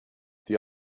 the